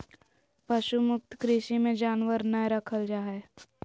पशु मुक्त कृषि मे जानवर नय रखल जा हय